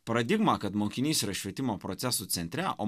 paradigma kad mokinys yra švietimo procesų centre o